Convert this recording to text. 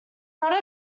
not